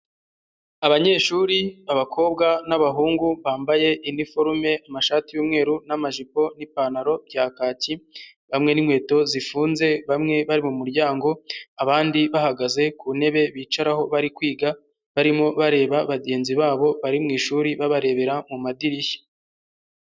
Abanyeshuri abakobwa n'abahungu bambaye iniforume amashati y'umweru n'amajipo n'ipantaro bya kaki, hamwe n'inkweto zifunze, bamwe bari mu muryango abandi bahagaze ku ntebe bicaraho bari kwiga, barimo bareba bagenzi babo bari mu ishuri babarebera mu madirishya.